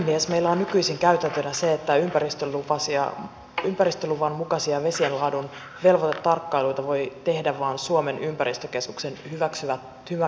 meillä on nykyisin käytäntönä se että ympäristöluvan mukaisia vesien laadun velvoitetarkkailuita voi tehdä vain suomen ympäristökeskuksen hyväksymä toimija